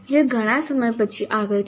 જે ઘણા સમય પછી આવે છે